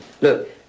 look